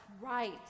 right